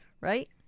right